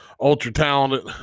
Ultra-talented